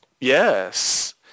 Yes